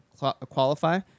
qualify